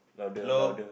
hello